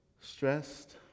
stressed